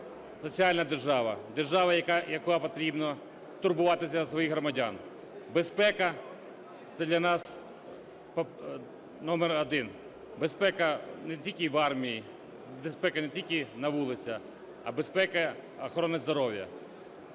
соціальна держава, держава, яка потрібна турбуватися за своїх громадян. Безпека – це для нас номер 1. Безпека не тільки в армії, безпека не тільки на вулиці, а безпека охорони здоров'я.